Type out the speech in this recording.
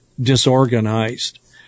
disorganized